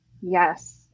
Yes